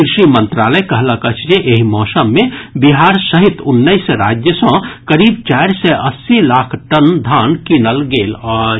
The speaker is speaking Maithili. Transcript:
कृषि मंत्रालय कहलक अछि जे एहि मौसम मे बिहार सहित उन्नैस राज्य सँ करीब चारि सय अस्सी लाख टन धान कीनल गेल अछि